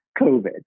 COVID